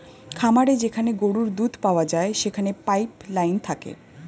খামারে যেখানে গরুর দুধ পাওয়া যায় সেখানে পাইপ লাইন থাকে